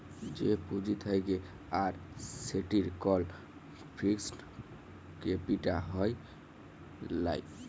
যে পুঁজি থাক্যে আর সেটির কল ফিক্সড ক্যাপিটা হ্যয় লায়